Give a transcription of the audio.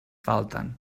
falten